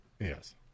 Yes